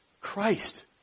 Christ